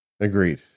agreed